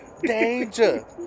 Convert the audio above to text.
danger